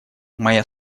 моя